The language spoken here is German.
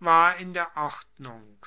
war in der ordnung